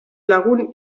lagun